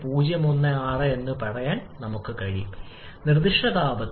025 ആകാൻ പോകുന്നു പ്രവർത്തന സമയത്ത് നിർദ്ദിഷ്ട താപത്തിൽ 1